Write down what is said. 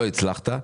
לא הצלחת.